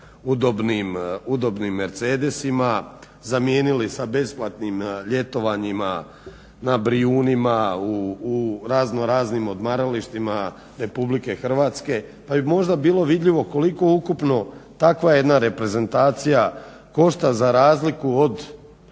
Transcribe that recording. udobnim Mercedesima, zamijenili sa besplatnim ljetovanjima na Brijunima, u razno raznim odmaralištima Republike Hrvatske pa bi možda bilo vidljivo koliko ukupno takva jedna reprezentacija košta za razliku od